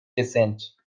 descent